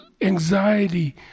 anxiety